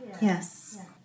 Yes